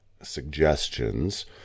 suggestions